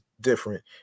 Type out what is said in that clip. different